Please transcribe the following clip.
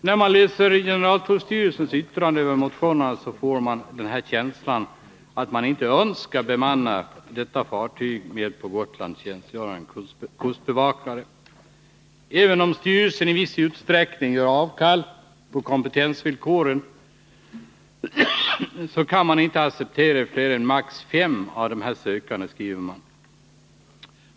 När man läser generaltullstyrelsens yttrande över motionerna får man känslan att styrelsen inte önskar bemanna detta fartyg med på Gotland tjänstgörande kustbevakare. Även om styrelsen i viss utsträckning ger avkall på kompetensvillkoren, kan den inte acceptera fler än maximalt fem av de sökande, skriver den.